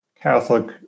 Catholic